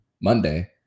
Monday